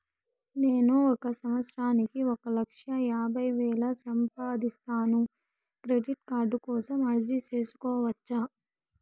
నేను ఒక సంవత్సరానికి ఒక లక్ష యాభై వేలు సంపాదిస్తాను, క్రెడిట్ కార్డు కోసం అర్జీ సేసుకోవచ్చా?